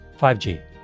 5G